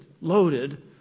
loaded